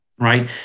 right